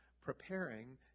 preparing